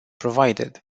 provided